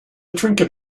trinket